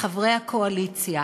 חברי הקואליציה.